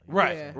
right